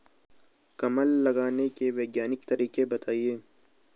कमल लगाने के वैज्ञानिक तरीके बताएं?